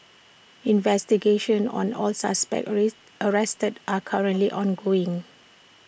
investigations on all suspects arrested are currently ongoing